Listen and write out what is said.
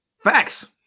Facts